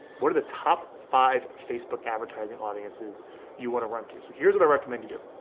what are the top five facebook advertising audiences you wanna run to. so here's what i recommend you do.